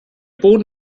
boden